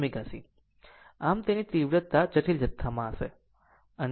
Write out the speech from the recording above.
આમ તેની તીવ્રતા જટિલ જથ્થામાં હશે